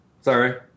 Sorry